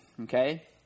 Okay